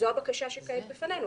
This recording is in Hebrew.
זו הבקשה שקיימת בפנינו,